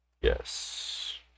Yes